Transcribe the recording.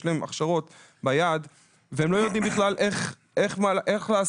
יש להם הכשרות ביד והם לא יודעים בכלל איך לעשות,